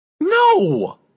No